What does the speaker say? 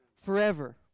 Forever